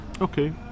Okay